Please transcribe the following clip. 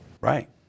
Right